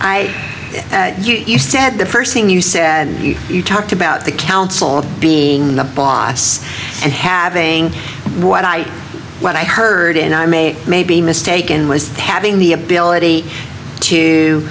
i you said the first thing you said you talked about the council being the boss and having what i what i heard and i may may be mistaken was having the ability to